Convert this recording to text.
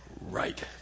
right